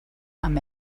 amb